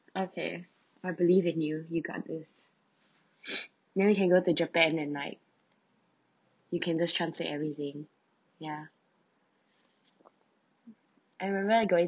okay I believe in you you got this now you can go to japan and like you can just translate everything ya I